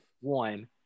one